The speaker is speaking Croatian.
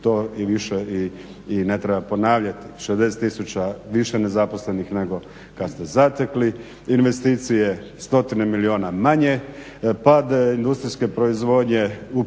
to i više i ne treba ponavljati. 60 tisuća više nezaposlenih nego kada ste zatekli. Investicije stotine milijuna manje, pad industrijske proizvodnje u